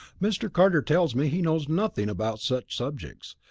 mr. carter tells me he knows nothing about such subjects,